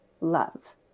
love